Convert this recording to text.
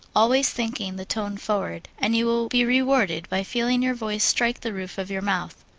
always thinking the tone forward, and you will be rewarded by feeling your voice strike the roof of your mouth.